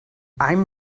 einem